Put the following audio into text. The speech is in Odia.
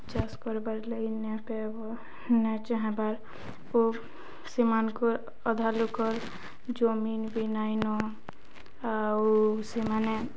ଚାଷ୍ କର୍ବାର୍ଲାଗି ନେପେବ ନାଇଁ ଚାହେଁବାର୍ ଓ ସେମାନଙ୍କ ଅଧା ଲୋକର୍ ଜମିିନ୍ ବି ନାଇଁନ ଆଉ ସେମାନେ